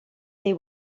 they